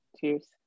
Cheers